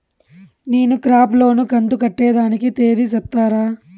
నేను crop loan కంతు కట్టేదానికి తేది సెప్తారా?